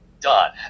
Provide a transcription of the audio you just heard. done